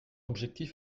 objectif